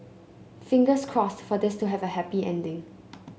fingers crossed for this to have a happy ending